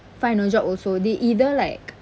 find a job also they either like